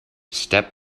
step